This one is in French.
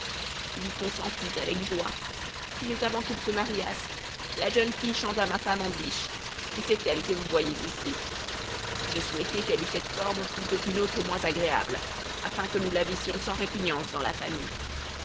il y consentit avec joie mais avant qu'ils se mariassent la jeune fille changea ma femme en biche et c'est elle que vous voyez ici je souhaitai qu'elle eût cette forme plutôt qu'une autre moins agréable afin que nous la vissions sans répugnance dans la famille